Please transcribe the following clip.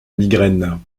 migraine